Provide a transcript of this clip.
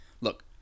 look